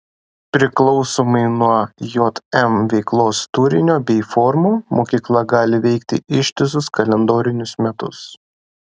priklausomai nuo jm veiklos turinio bei formų mokykla gali veikti ištisus kalendorinius metus